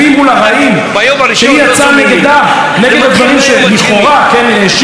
והדברים שלכאורה האשימה בהם את ראש הממשלה.